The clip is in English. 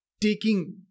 taking